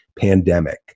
pandemic